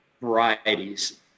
varieties